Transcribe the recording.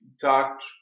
talked